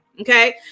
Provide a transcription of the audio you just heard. Okay